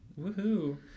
woohoo